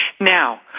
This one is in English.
Now